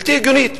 בלתי הגיונית.